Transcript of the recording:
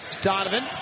Donovan